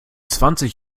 zwanzig